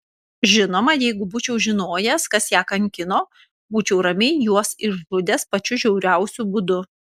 žinoma jeigu būčiau žinojęs kas ją kankino būčiau ramiai juos išžudęs pačiu žiauriausiu būdu